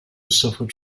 suffered